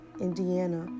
Indiana